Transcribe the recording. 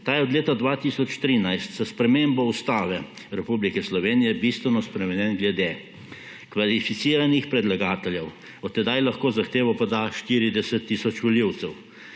Ta je od leta 2013 s spremembo Ustave Republike Slovenije bistveno spremenjen glede: kvalificiranih predlagateljev ‒ od tedaj lahko zahtevo poda 40 tisoč volivcev‒,